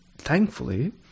Thankfully